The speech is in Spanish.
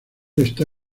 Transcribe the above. está